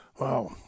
Wow